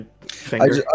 finger